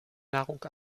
nahrung